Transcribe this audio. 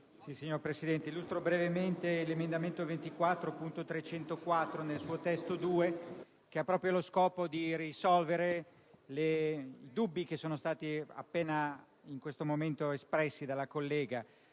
Signor Presidente, illustro brevemente l'emendamento 24.304 (testo 2) che ha proprio lo scopo di risolvere i dubbi che sono stati in questo momento espressi dalla collega.